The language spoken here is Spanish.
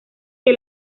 que